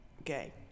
Okay